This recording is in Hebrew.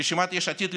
ברשימת יש עתיד,